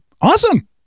awesome